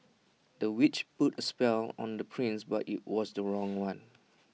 the witch put A spell on the prince but IT was the wrong one